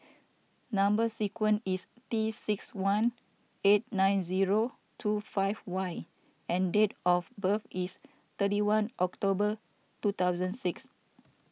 Number Sequence is T six one eight nine zero two five Y and date of birth is thirty one October two thousand six